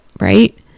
right